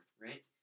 right